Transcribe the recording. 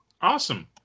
Awesome